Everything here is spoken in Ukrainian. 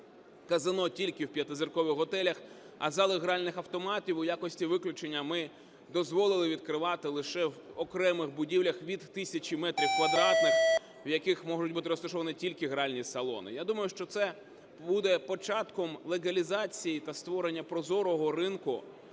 казино тільки в 5-зіркових готелях. А зали гральних автоматів, в якості виключення, ми дозволили відкривати лише в окремих будівлях від тисячі метрів квадратних, в яких можуть бути розташовані тільки гральні салони. Я думаю, що це буде початком легалізації та створення прозорого ринку